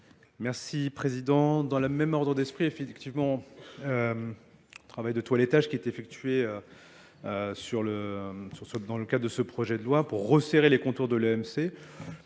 Merci Président. Dans le même ordre d'esprit, effectivement, le travail de toilettage qui est effectué dans le cadre de ce projet de loi pour resserrer les contours de l'EMC.